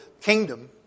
kingdom